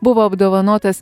buvo apdovanotas